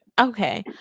Okay